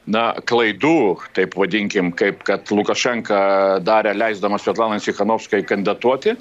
na klaidų taip vadinkim kaip kad lukašenka darė leisdamas svetlanai cichanovskai kandidatuoti